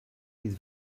bydd